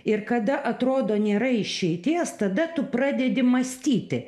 ir kada atrodo nėra išeities tada tu pradedi mąstyti